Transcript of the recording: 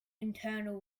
internal